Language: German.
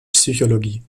psychologie